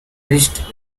drizzt